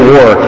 War